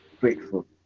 grateful